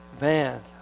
man